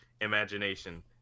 imagination